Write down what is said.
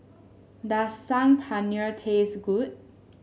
does Saag Paneer taste good